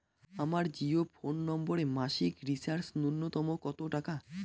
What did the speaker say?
আমার জিও ফোন নম্বরে মাসিক রিচার্জ নূন্যতম কত টাকা?